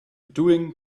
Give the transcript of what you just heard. doing